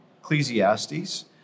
Ecclesiastes